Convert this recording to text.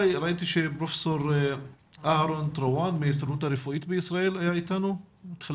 פרופ' אהרון טרואן מההסתדרות הרפואית בישראל בבקשה.